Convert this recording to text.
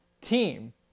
team